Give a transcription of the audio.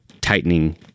tightening